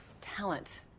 talent